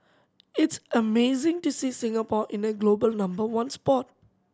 it's amazing to see Singapore in the global number one spot